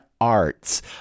arts